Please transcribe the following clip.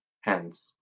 hence